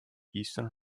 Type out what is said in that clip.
eastern